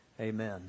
amen